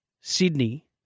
Sydney